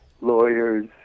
lawyers